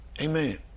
Amen